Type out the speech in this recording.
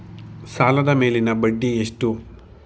ಸಾಲದ ಮೇಲಿನ ಬಡ್ಡಿ ಎಷ್ಟು?